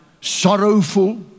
sorrowful